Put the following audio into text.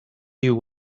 you